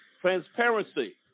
Transparency